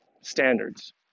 standards